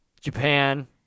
Japan